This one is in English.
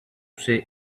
say